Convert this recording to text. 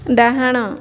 ଡାହାଣ